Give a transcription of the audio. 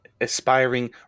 aspiring